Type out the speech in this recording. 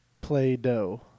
play-doh